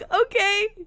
Okay